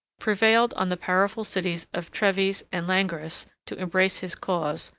prevailed on the powerful cities of treves and langres to embrace his cause,